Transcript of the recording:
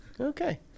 Okay